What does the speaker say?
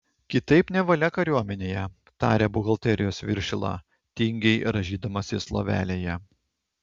kitaip nevalia kariuomenėje tarė buhalterijos viršila tingiai rąžydamasis lovelėje